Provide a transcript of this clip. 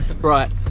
Right